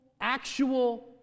actual